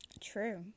True